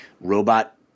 robot